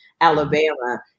Alabama